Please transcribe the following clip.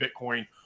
Bitcoin